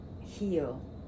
heal